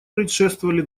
предшествовали